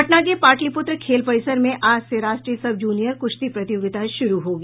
पटना के पाटलिपुत्र खेल परिसर में आज से राष्ट्रीय सब जूनियर कुश्ती प्रतियोगिता शुरू होगी